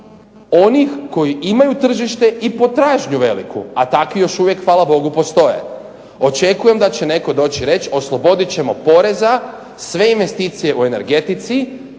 onih koji imaju tržište i potražnju veliku, a takvi još uvijek hvala Bogu postoje. Očekujem da će netko doći reći oslobodit ćemo poreza sve investicije o energetici